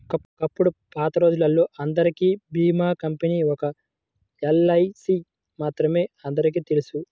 ఒకప్పుడు పాతరోజుల్లో అందరికీ భీమా కంపెనీ ఒక్క ఎల్ఐసీ మాత్రమే అందరికీ తెలుసు